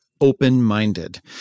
open-minded